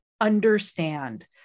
understand